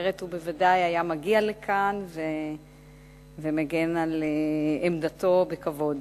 אחרת בוודאי היה מגיע לכאן ומגן על עמדתו בכבוד.